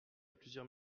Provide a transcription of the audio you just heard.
plusieurs